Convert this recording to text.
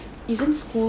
isn't school